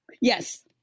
Yes